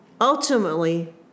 ultimately